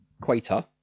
Quater